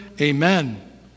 amen